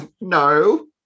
no